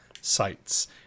sites